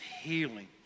healing